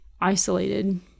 isolated